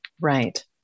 Right